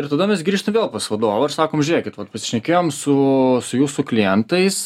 ir tada mes grįžtam vėl pas vadovą ir sakom žiūrėkit vat pasišnekėjom su su jūsų klientais